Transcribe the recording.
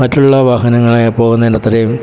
മറ്റുള്ള വാഹനങ്ങളെ പോകുന്നതിൻ്റെ അത്രയും